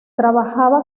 trabajaba